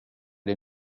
det